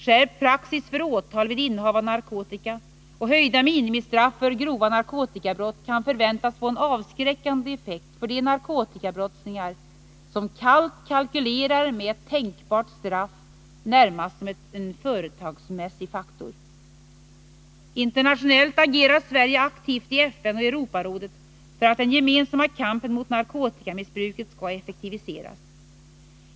Skärpt praxis för åtal vid innehav av narkotika och höjda minimistraff för grova narkotikabrott kan förväntas få en avskräckande effekt för de narkotikabrottslingar som kallt kalkylerar med ett tänkbart straff — närmast som en företagsmässig faktor. Internationellt agerar Sverige aktivt i FN och Europarådet för att den gemensamma kampen mot narkotikamissbruket skall effektiviseras.